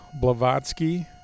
Blavatsky